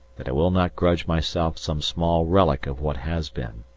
that i will not grudge myself some small relic of what has been.